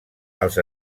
als